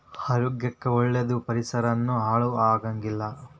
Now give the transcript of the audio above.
ಆರೋಗ್ಯ ಕ್ಕ ಒಳ್ಳೇದ ಪರಿಸರಾನು ಹಾಳ ಆಗಂಗಿಲ್ಲಾ